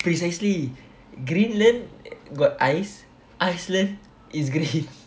precisely greenland got ice iceland is green